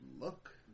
look